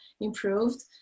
improved